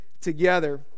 together